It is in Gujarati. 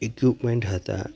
ઇક્વિપમેન્ટ હતાં